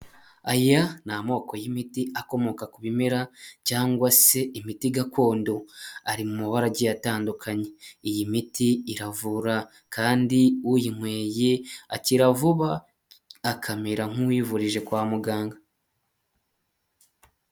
Aya ni amoko y'imiti akomoka ku bimera cyangwa se imiti gakondo, ari mu mabara agiye atandukanye. Iyi miti iravura kandi uyinyweye akira vuba akamera nk'uwivurije kwa muganga.